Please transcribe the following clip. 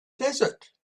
desert